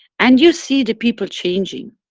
and you see the people changing.